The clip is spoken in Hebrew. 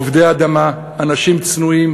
עובדי אדמה, אנשים צנועים,